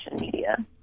media